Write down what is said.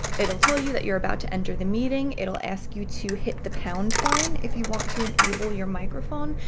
it'll tell you that you're about to enter the meeting. it'll ask you to hit the pound sign if you want to enable your microphone.